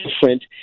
different